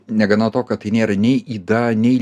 negana to kad tai nėra nei yda nei